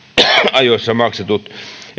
ajoissa maksetut